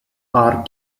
are